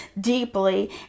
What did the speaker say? deeply